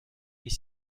est